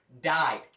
died